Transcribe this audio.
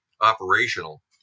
operational